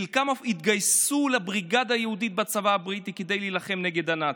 וחלקם אף התגייסו לבריגדה היהודית בצבא הבריטי כדי להילחם נגד הנאצים.